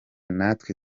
natwe